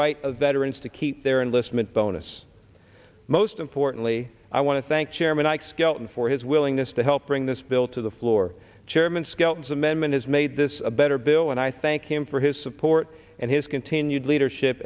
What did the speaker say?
right of veterans to keep their unless meant bonus most importantly i want to thank chairman ike skelton for his willingness to help bring this bill to the floor chairman skelton's amendment has made this a better bill and i thank him for his support and his continued leadership